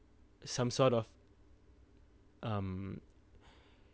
some sort of um